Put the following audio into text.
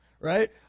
Right